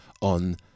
on